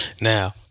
now